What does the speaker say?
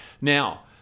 Now